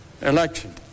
election